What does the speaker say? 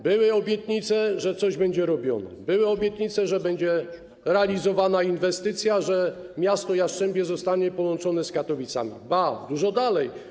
Były obietnice, że coś będzie robione, były obietnice, że będzie realizowana inwestycja, że miasto Jastrzębie zostanie połączone z Katowicami, ba, że pójdzie to dużo dalej.